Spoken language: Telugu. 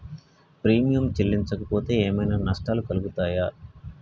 ప్రీమియం చెల్లించకపోతే ఏమైనా నష్టాలు కలుగుతయా?